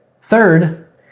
Third